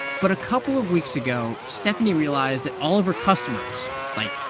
but a couple of weeks ago, stephanie realized that all of her customers like,